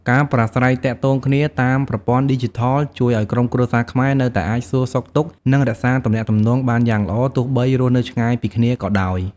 ការប្រាស្រ័យទាក់ទងគ្នាតាមប្រព័ន្ធឌីជីថលជួយឱ្យក្រុមគ្រួសារខ្មែរនៅតែអាចសួរសុខទុក្ខ និងរក្សាទំនាក់ទំនងបានយ៉ាងល្អទោះបីរស់នៅឆ្ងាយពីគ្នាក៏ដោយ។